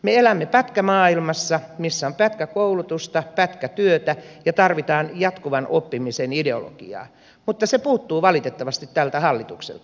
me elämme pätkämaailmassa missä on pätkäkoulutusta pätkätyötä ja tarvitaan jatkuvan oppimisen ideologiaa mutta se puuttuu valitettavasti tältä hallitukselta